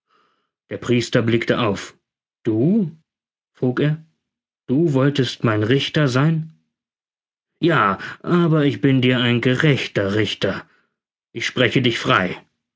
der priester blickte auf du frug er du wolltest mein richter sein ja aber ich bin dir ein gerechter richter ich spreche dich frei